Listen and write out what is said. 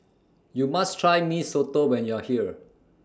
YOU must Try Mee Soto when YOU Are here